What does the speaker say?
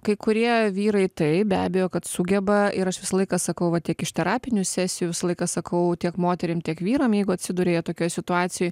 kai kurie vyrai taip be abejo kad sugeba ir aš visą laiką sakau va tiek iš terapinių sesijų visą laiką sakau tiek moterim tiek vyram jeigu atsiduria jie tokioj situacijoj